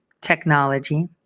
technology